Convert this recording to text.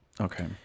Okay